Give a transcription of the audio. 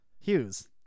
Hughes